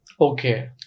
Okay